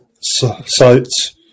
sites